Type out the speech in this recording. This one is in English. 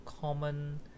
common